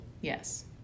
yes